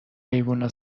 حیوونا